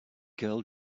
girl